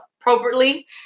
appropriately